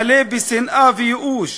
מלא בשנאה וייאוש,